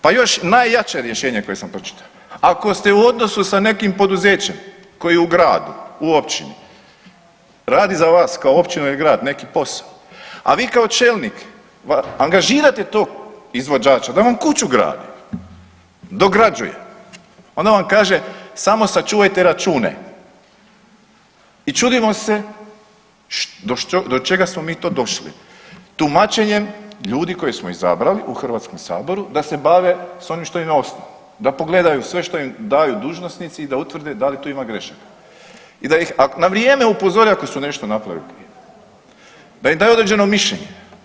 Pa još najjače rješenje koje sam pročitao, ako ste u odnosu sa nekim poduzećem koji je u gradu, u općini radi za vas kao općina ili grad neki posao, a vi kao čelnik angažirate tog izvođača da vam kuću gradi, dograđuje, onda vam kaže samo sačuvajte račune i čudimo se do čega smo mi to došli, tumačenjem ljudi koje smo izabrali u HS-u da se bave s onim što im je osnovno, da pogledaju sve što im daju dužnosnici i da utvrde da li tu ima grešaka i da ih na vrijeme upozore ako su nešto napravili … da im daju određeno mišljenje.